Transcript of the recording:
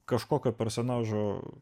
kažkokio personažo